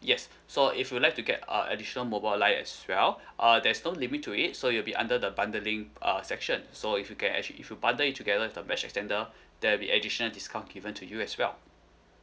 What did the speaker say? yes so if you would like to get a additional mobile line as well uh there's no limit to it so you'd be under the bundling err section so if you can actually if you bundle it together with the mesh extender there will be additional discount given to you as well